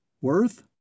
Worth